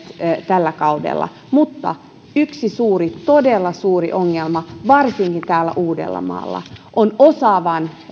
tällä kaudella mutta yksi suuri todella suuri ongelma varsinkin täällä uudellamaalla on osaavan